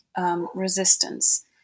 resistance